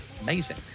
amazing